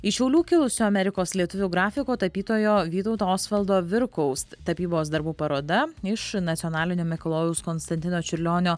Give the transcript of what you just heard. iš šiaulių kilusio amerikos lietuvių grafiko tapytojo vytauto osvaldo virkaus tapybos darbų paroda iš nacionalinio mikalojaus konstantino čiurlionio